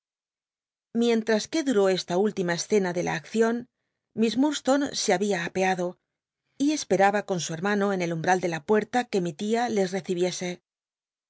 mientms que duró esta última escena de la accion miss llfurdstonc se habia apeado y esperaba con su hermano en el umbt'al de la puerta que mi t ia les tccibicse